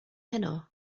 heno